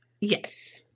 yes